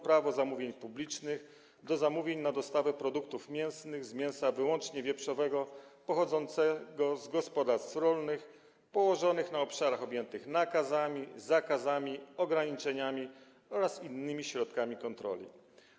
Prawo zamówień publicznych do zamówień na dostawę produktów mięsnych z mięsa wyłącznie wieprzowego pochodzącego z gospodarstw rolnych położonych na obszarach objętych nakazami, zakazami, ograniczeniami oraz innymi środkami kontroli.